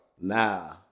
Nah